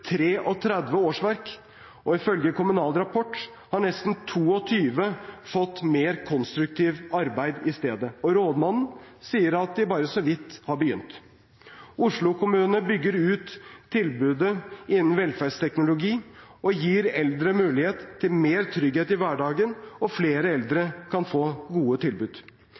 33 årsverk, og ifølge Kommunal Rapport har nesten 22 fått mer konstruktivt arbeid i stedet. Rådmannen sier at de bare så vidt har begynt. Oslo kommune bygger ut tilbudet innen velferdsteknologi. Det gir eldre mulighet til større trygghet i hverdagen, og flere eldre kan få gode tilbud.